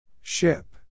Ship